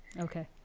Okay